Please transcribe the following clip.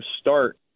start